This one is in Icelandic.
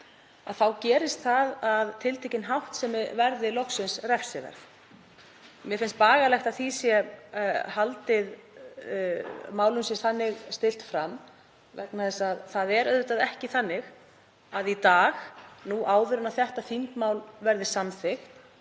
þá gerist það að tiltekin háttsemi verði loksins refsiverð. Mér finnst bagalegt að málum sé stillt þannig fram vegna þess að það er auðvitað ekki þannig að í dag, áður en þetta þingmál verður samþykkt,